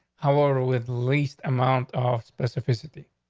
however, with least amount off specificity.